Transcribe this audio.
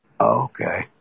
Okay